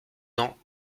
ans